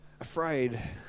afraid